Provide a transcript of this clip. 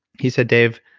he said, dave,